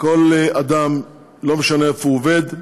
וכל אדם, לא משנה איפה הוא עובד,